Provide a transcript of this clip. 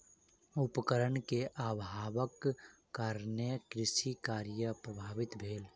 उपकरण के अभावक कारणेँ कृषि कार्य प्रभावित भेल